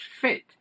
fit